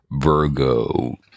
virgo